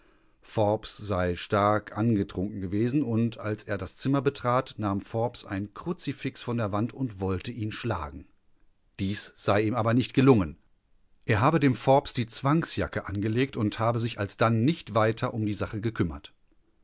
forbes sei stark angetrunken gewesen und als er das zimmer betrat nahm forbes ein kruzifix von der wand und wollte ihn schlagen dies sei ihm aber nicht gelungen er habe dem forbes die zwangsjacke angelegt und habe sich alsdann nicht weiter um die sache gekümmert